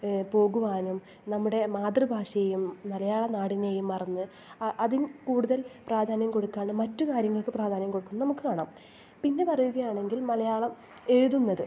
പോകുവാനും നമ്മുടെ മാതൃഭാഷയും മലയാള നാടിനെയും മറന്ന് അതിൽ കൂടുതൽ പ്രാധാന്യം കൊടുക്കുവാനും മറ്റ് കാര്യങ്ങൾക്ക് പ്രാധാന്യം കൊടുക്കുന്നത് നമുക്ക് കാണാം പിന്നെ പറയുകയാണെങ്കിൽ മലയാളം എഴുതുന്നത്